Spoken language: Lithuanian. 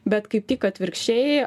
bet kaip tik atvirkščiai